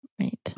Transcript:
Right